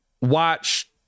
watch